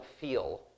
feel